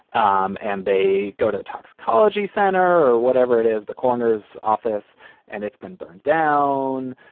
um and they go to the toxicology center or whatever it is, the coroner's office and it's been burned down.